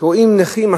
רואים נכים,